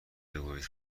بگویید